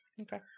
Okay